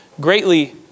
greatly